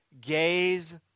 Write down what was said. gaze